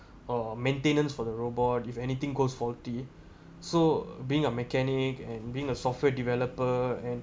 or maintenance for the robot if anything goes faulty so being a mechanic and being a software developer and